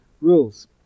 rules